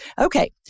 Okay